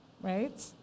right